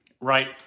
right